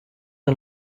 the